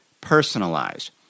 personalized